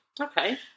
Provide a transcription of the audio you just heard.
Okay